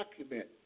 document